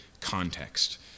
context